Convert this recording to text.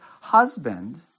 husband